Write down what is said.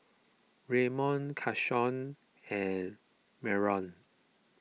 Ramon Keshaun and Mallorie